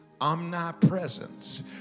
Omnipresence